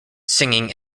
singing